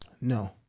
No